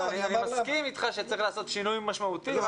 אני מסכים איתך שצריך לעשות שינוי משמעותי.